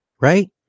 right